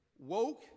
woke